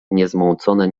niezmącone